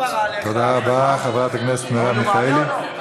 תודה רבה, חברת הכנסת מרב מיכאלי.